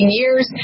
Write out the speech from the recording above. years